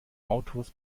autors